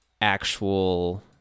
actual